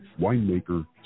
winemaker